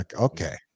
okay